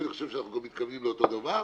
ואני חושב שאנחנו גם מתכוונים לאותו דבר.